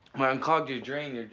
i unclogged your drain.